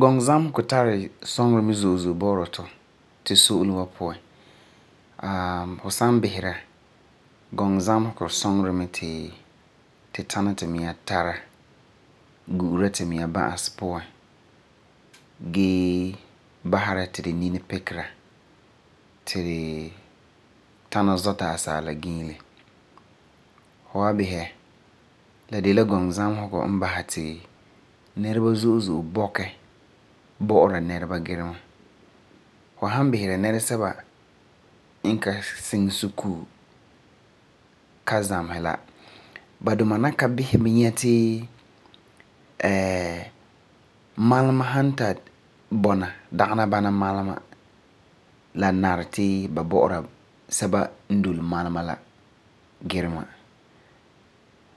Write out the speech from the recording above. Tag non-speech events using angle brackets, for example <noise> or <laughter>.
Gɔŋɔ zamesegɔ tari suŋeri mɛ zo'e zo'e bo'ora tɔ tu so'olum wa puan. <hesitation> fu san bisera gɔŋɔ zamesegɔ suŋeri ti tu tana tumiŋa tara, gu'ura tu miŋa ba'asi puan gee basera ti tu mini pikera ti tu tara asaala giilɛ.